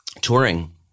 Touring